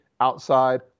outside